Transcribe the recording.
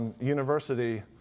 university